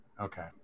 Okay